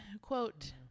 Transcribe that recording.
quote